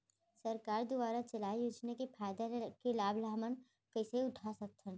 सरकार दुवारा चलाये योजना के फायदा ल लाभ ल हमन कइसे उठा सकथन?